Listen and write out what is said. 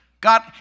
God